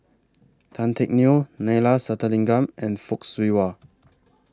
Tan Teck Neo Neila Sathyalingam and Fock Siew Wah